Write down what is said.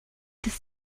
des